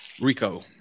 Rico